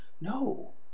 No